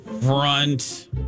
front